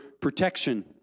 protection